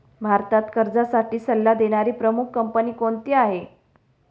भारतात कर्जासाठी सल्ला देणारी प्रमुख कंपनी कोणती आहे?